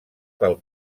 pel